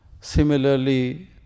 similarly